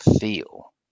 feel